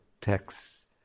texts